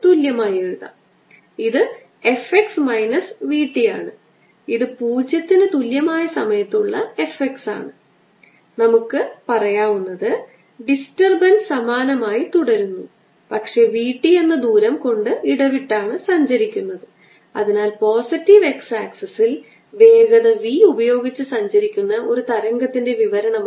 കൂടാതെ നെഗറ്റീവ് ചാർജിൽ നിന്ന് നെഗറ്റീവ് ചാർജ്ജ് ചെയ്ത സിലിണ്ടറിന്റെ മധ്യത്തിലേക്കുള്ള ദൂരം ആ വെക്റ്റർ R 2 ആയിരിക്കട്ടെ അതിനാൽ ഫീൽഡ് E 1 E 2 എന്നിവ കാരണം ആയിരിക്കും അതിനാൽ അവയുടെ ആകെത്തുക